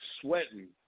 sweating